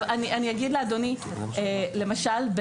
למשל,